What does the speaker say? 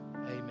Amen